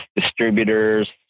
distributors